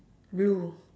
blue